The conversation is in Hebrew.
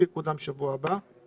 קיימנו דיון בשבוע שעבר